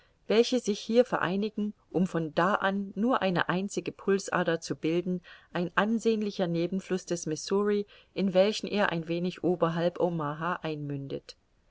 welche sich hier vereinigen um von da an nur eine einzige pulsader zu bilden ein ansehnlicher nebenfluß des missouri in welchen er ein wenig oberhalb omaha einmündet